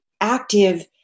active